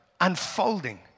unfolding